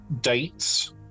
dates